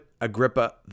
Agrippa